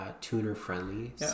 tuner-friendly